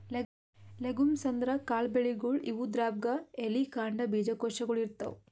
legumes ಅಂದ್ರ ಕಾಳ್ ಬೆಳಿಗೊಳ್, ಇವುದ್ರಾಗ್ಬಿ ಎಲಿ, ಕಾಂಡ, ಬೀಜಕೋಶಗೊಳ್ ಇರ್ತವ್